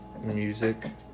music